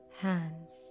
hands